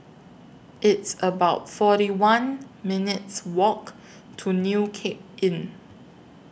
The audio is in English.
It's about forty one minutes' Walk to New Cape Inn